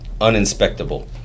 uninspectable